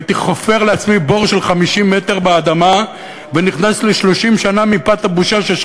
הייתי חופר לעצמי בור של 50 מטר באדמה ונכנס ל-30 שנה מפאת הבושה,